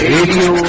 radio